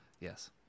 Yes